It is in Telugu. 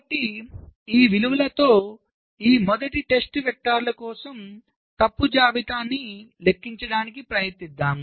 కాబట్టి ఈ విలువలతో ఈ మొదటి టెస్ట్ వెక్టర్ కోసం తప్పు జాబితాను లెక్కించడానికి ప్రయత్నిద్దాం